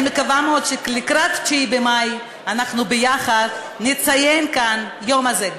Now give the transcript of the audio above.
אני מקווה מאוד שלקראת 9 במאי אנחנו נציין כאן ביחד את היום הזה,